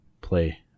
play